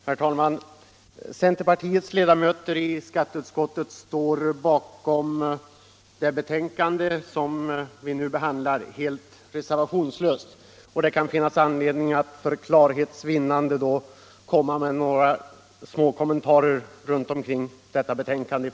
Herr talman! Centerpartiets ledamöter i skatteutskottet står helt reservationslöst bakom det betänkande vi nu behandlar, och det kan därför finnas anledning att för klarhets vinnande göra några kommentarer från vår sida kring detta betänkande.